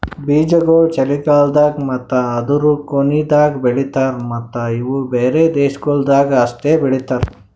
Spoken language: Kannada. ಬೀಜಾಗೋಳ್ ಚಳಿಗಾಲ್ದಾಗ್ ಮತ್ತ ಅದೂರು ಕೊನಿದಾಗ್ ಬೆಳಿತಾರ್ ಮತ್ತ ಇವು ಬ್ಯಾರೆ ದೇಶಗೊಳ್ದಾಗ್ ಅಷ್ಟೆ ಬೆಳಿತಾರ್